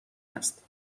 است